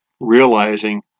realizing